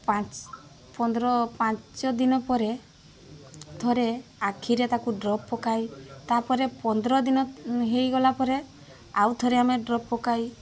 ପାଞ୍ଚ ପନ୍ଦର ପାଞ୍ଚ ଦିନ ପରେ ଥରେ ଆଖିରେ ତାକୁ ଡ୍ରପ ପକାଇ ତାପରେ ପନ୍ଦର ଦିନ ହେଇଗଲା ପରେ ଆଉ ଥରେ ଆମେ ଡ୍ରପ ପକାଇ